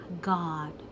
God